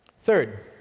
third,